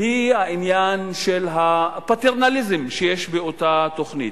היא העניין של הפטרנליזם שיש באותה תוכנית.